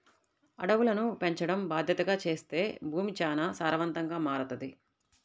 అడవులను పెంచడం బాద్దెతగా చేత్తే భూమి చానా సారవంతంగా మారతది